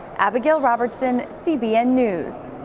abigail robertson, cbn news.